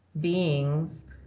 beings